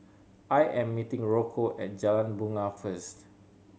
I am meeting Rocco at Jalan Bungar first